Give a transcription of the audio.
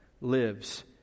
lives